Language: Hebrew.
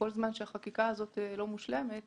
כל זמן שהחקיקה הזאת לא מושלמת